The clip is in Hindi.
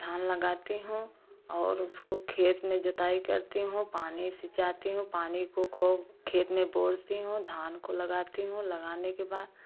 धान लगाती हूँ और उसको खेत में जोताई करती हूँ पानी सींचती हूँ पानी को खूब खेत में बोरती हूँ धान को लगाती हूँ लगाने के बाद